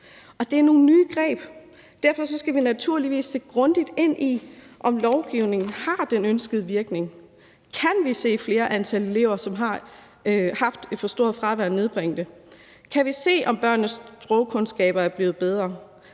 Det er nogle nye greb, og derfor skal vi naturligvis se grundigt på, om lovgivningen har den ønskede virkning. Kan vi se, at et større antal elever, som har haft et for stort fravær, får nedbragt det? Kan vi se, at børnenes sprogkundskaber er blevet bedre?